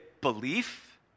belief